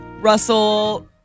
Russell